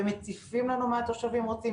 הם מציפים לנו מה התושבים רוצים.